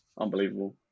unbelievable